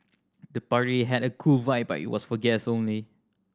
the party had a cool vibe but it was for guests only